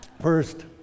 First